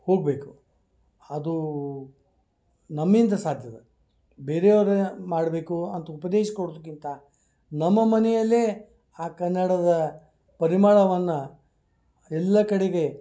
ಹೋಗಬೇಕು ಅದೂ ನಮ್ಮಿಂದ ಸಾಧ್ಯದ ಬೇರೆ ಅವರಾ ಮಾಡಬೇಕು ಅಂತ ಉಪದೇಶ ಕೊಡುವುದಕ್ಕಿಂತ ನಮ್ಮ ಮನೆಯಲ್ಲಿಯೇ ಆ ಕನ್ನಡದ ಪರಿಮಳವನ್ನು ಎಲ್ಲ ಕಡೆಗೆ